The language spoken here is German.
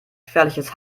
gefährliches